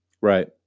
Right